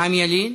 חיים ילין,